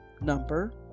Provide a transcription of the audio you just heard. number